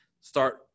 start